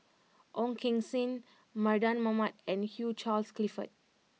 Ong Keng Sen Mardan Mamat and Hugh Charles Clifford